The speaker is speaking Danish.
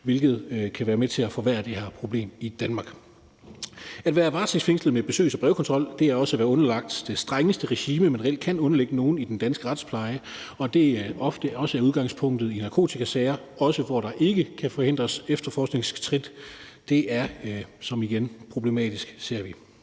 hvilket kan være med til at forværre det her problem i Danmark. At være varetægtsfængslet med besøgs- og brevkontrol er også at være underlagt det strengeste regime, man reelt kan underlægge nogen i den danske retspleje, og det er også ofte udgangspunktet i narkotikasager, også hvor der ikke kan forhindres efterforskningsskridt. Det er igen problematisk, som vi